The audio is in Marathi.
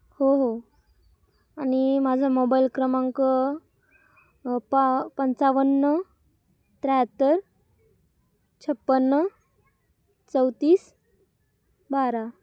हो हो आणि माझा मोबाईल क्रमांक पा पंचावन्न त्र्याहत्तर छप्पन्न चौतीस बारा